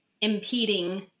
impeding